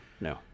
no